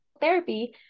therapy